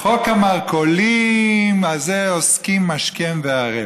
חוק המרכולים, בזה עוסקים השכם והערב.